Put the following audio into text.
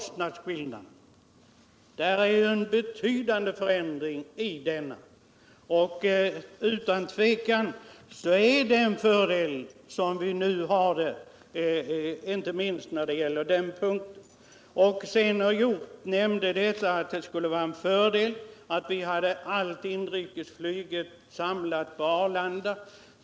Den skillnaden är betydande, och det är utan tvivel fördelaktigt att ha det som nu. Nils Hjorth sade också att det skulle vara en fördel att ha hela inrikesflyget samlat på Arlanda.